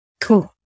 Cool